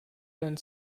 seinen